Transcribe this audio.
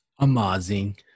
amazing